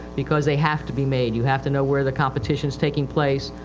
because they have to be made. you have to know where the competition is taking place,